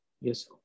Yes